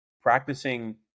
practicing